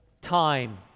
time